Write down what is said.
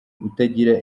utagira